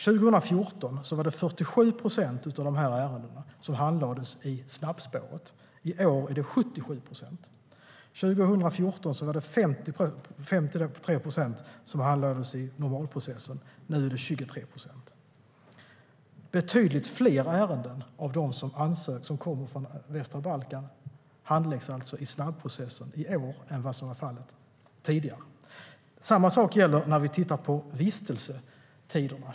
År 2014 var det 47 procent av dessa ärenden som handlades i snabbspåret. I år är det 77 procent. 2014 var det 53 procent som handlades i normalprocessen. Nu är det 23 procent. Det är alltså betydligt fler ärenden som rör västra Balkan som handläggs i snabbprocessen i år än vad som var fallet tidigare. Samma sak gäller när man tittar på vistelsetiderna.